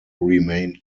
remain